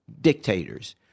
Dictators